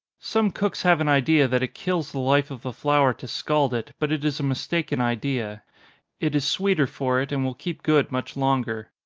some cooks have an idea that it kills the life of the flour to scald it, but it is a mistaken idea it is sweeter for it, and will keep good much longer.